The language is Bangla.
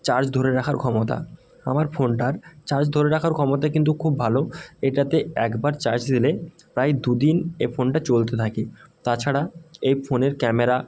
চার্জ ধরে রাখার ক্ষমতা আমার ফোনটার চার্জ ধরে রাখার ক্ষমতা কিন্তু খুব ভালো এটাতে একবার চার্জ দিলে প্রায় দু দিন এ ফোনটা চলতে থাকে তাছাড়া এই ফোনের ক্যামেরা